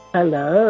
Hello